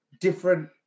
different